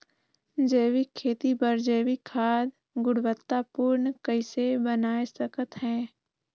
जैविक खेती बर जैविक खाद गुणवत्ता पूर्ण कइसे बनाय सकत हैं?